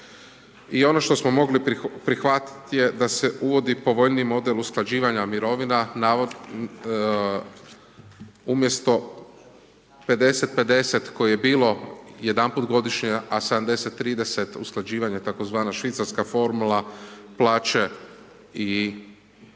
i ono što smo mogli prihvatiti je da se uvodi povoljniji model usklađivanja mirovina umjesto 50 50 koje je bilo jedan put godišnje, a 70 30 usklađivanje tzv. švicarska formula plaće i